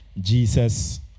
Jesus